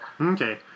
Okay